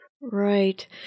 Right